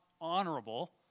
honorable